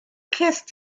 cest